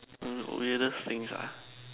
mm weirdest things ah